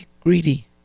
greedy